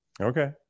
Okay